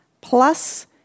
plus